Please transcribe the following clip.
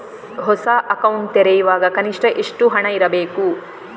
ಹೊಸ ಅಕೌಂಟ್ ತೆರೆಯುವಾಗ ಕನಿಷ್ಠ ಎಷ್ಟು ಹಣ ಇಡಬೇಕು?